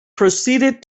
proceeded